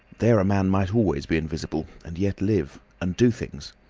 there a man might always be invisible and yet live. and do things.